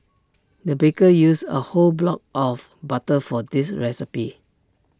the baker used A whole block of butter for this recipe